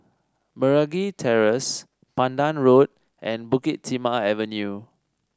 Meragi Terrace Pandan Road and Bukit Timah Avenue